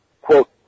quote